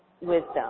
wisdom